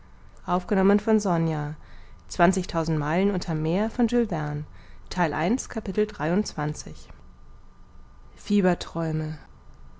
fünfhundert meilen von